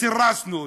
סירסנו אותו.